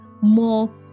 more